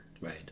Right